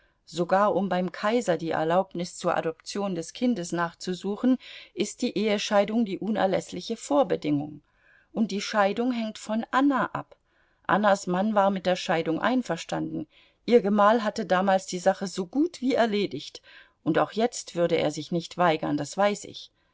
sogar um beim kaiser die erlaubnis zur adoption des kindes nachzusuchen ist die ehescheidung die unerläßliche vorbedingung und die scheidung hängt von anna ab annas mann war mit der scheidung einverstanden ihr gemahl hatte damals die sache so gut wie erledigt und auch jetzt würde er sich nicht weigern das weiß ich